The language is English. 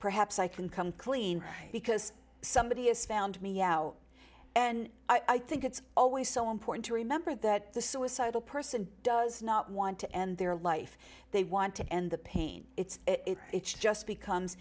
perhaps i can come clean because somebody has found meow and i think it's always so important to remember that the suicidal person does not want to end their life they want to end the pain it's just becomes